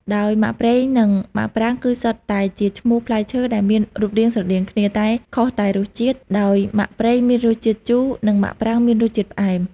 ដោយមាក់ប្រេងនិងមាក់ប្រាងគឺសុទ្ធតែជាឈ្មោះផ្លែឈើដែលមានរូបរាងស្រដៀងគ្នា តែខុសតែរសជាតិ ដោយមាក់ប្រេងមានរសជាតិជូរ និងមាក់ប្រាងមានរសជាតិផ្អែម។